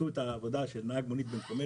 את כל העבודה של נהגי המוניות במקומנו.